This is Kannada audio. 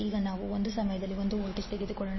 ಈಗ ನಾವು ಒಂದು ಸಮಯದಲ್ಲಿ ಒಂದು ವೋಲ್ಟೇಜ್ ತೆಗೆದುಕೊಳ್ಳೋಣ